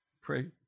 Pray